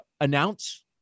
announce